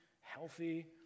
healthy